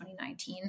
2019